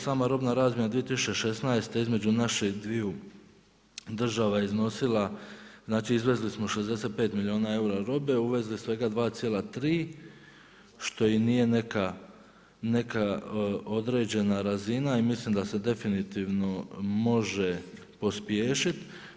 Sama robna razmjena 2016. između naših dviju država je iznosila, znači izvezli smo 65 milijuna eura robe, uvezli svega 2,3 što i nije neka određena razina i mislim da se definitivno može pospješiti.